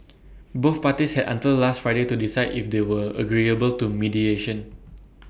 both parties had until last Friday to decide if they were agreeable to mediation